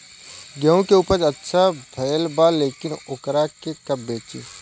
गेहूं के उपज अच्छा भेल बा लेकिन वोकरा के कब बेची?